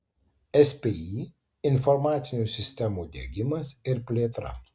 spį informacinių sistemų diegimas ir plėtra